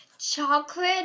chocolate